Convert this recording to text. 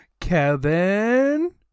Kevin